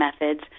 methods